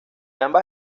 ambas